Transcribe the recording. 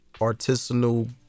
artisanal